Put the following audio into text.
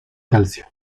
calcio